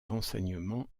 renseignements